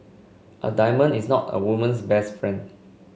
a diamond is not a woman's best friend